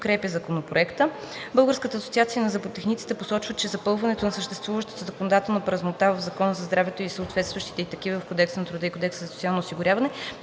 подкрепя Законопроекта. Българската асоциация на зъботехниците посочва, че запълването на съществуващата законодателна празнота в Закона за здравето и съответстващите ѝ такива в Кодекса на труда и в Кодекса за социално осигуряване